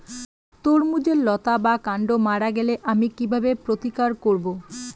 তরমুজের লতা বা কান্ড মারা গেলে আমি কীভাবে প্রতিকার করব?